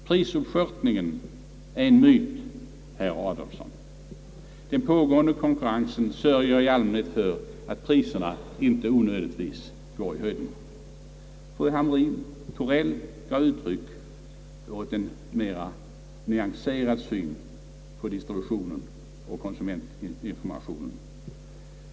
Prisuppskörtningen är en myt, herr Adolfsson. Den pågående konkurrensen sörjer i allmänhet för att priserna inte onödigtvis går i höjden. Fru Hamrin-Thorell gav uttryck åt en mera nyanserad bild på distributionen och konsumentinformationen.